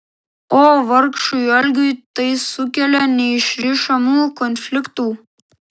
o vargšui algiui tai sukėlė neišrišamų konfliktų